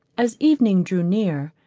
as evening drew near,